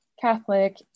Catholic